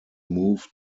move